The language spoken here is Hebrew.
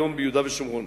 היום ביהודה ושומרון,